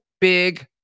big